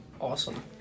awesome